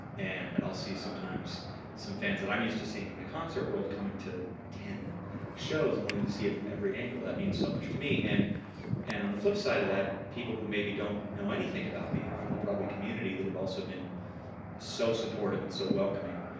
and i'll see sometimes some fans that i'm used to seeing in my concert world coming to ten shows, and wanting to see it from every angle. that means so much to me. and and on the flip side of that, people who maybe don't know anything about me, from the broadway community, that have also been so supportive and so welcoming.